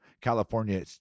California